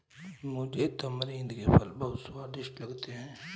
मुझे तमरिंद के फल बहुत स्वादिष्ट लगते हैं